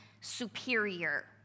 superior